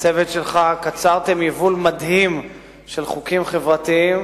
והצוות שלך קצרתם יבול מדהים של חוקים חברתיים